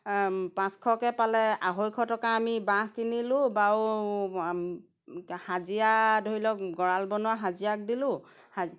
পাঁচশকৈ পালে আঢ়ৈশ টকা আমি বাঁহ কিনিলোঁ বাৰু হাজিৰা ধৰি লওক গঁৰাল বনোৱা হাজিৰাক দিলোঁ